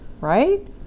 right